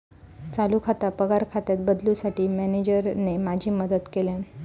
चालू खाता पगार खात्यात बदलूंसाठी मॅनेजरने माझी मदत केल्यानं